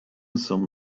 sum